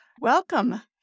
Welcome